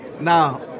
Now